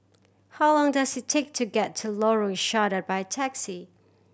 how long does it take to get to Lorong Sarhad by taxi